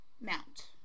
Mount